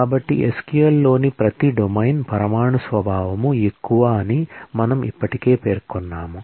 కాబట్టి SQL లోని ప్రతి డొమైన్ పరమాణు స్వభావం ఎక్కువ అని మనము ఇప్పటికే పేర్కొన్నాము